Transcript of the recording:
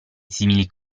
simili